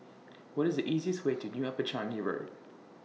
What IS The easiest Way to New Upper Changi Road